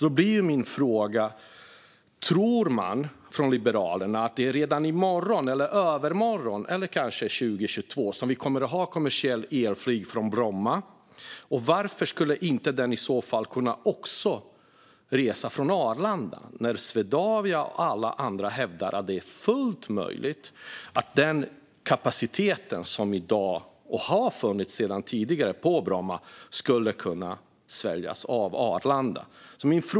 Då blir min fråga: Tror Liberalerna att det är redan i morgon, i övermorgon eller kanske 2022 som vi kommer att ha kommersiellt elflyg från Bromma? Varför skulle inte detta flyg i så fall också kunna resa från Arlanda? Swedavia och alla andra hävdar ju att det är fullt möjligt att den kapacitet som i dag finns och sedan tidigare har funnits på Bromma skulle kunna sväljas av Arlanda.